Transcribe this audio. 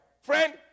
Friend